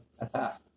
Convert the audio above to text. attack